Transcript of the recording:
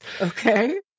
Okay